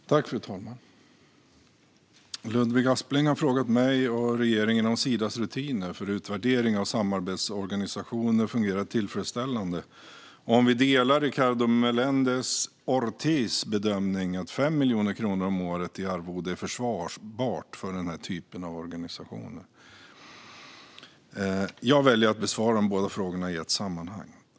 Fru talman! Ludvig Aspling har frågat mig och regeringen om Sidas rutiner för utvärdering av samarbetsorganisationer fungerar tillfredsställande och om vi delar Ricardo Meléndez-Ortiz bedömning att 5 miljoner kronor om året i arvode är försvarbart för den här typen av organisationer. Jag väljer att besvara de båda frågorna i ett sammanhang.